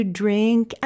drink